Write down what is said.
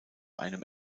einem